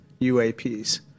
UAPs